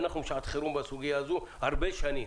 ואנחנו בשעת חירום בסוגיה הזאת הרבה שנים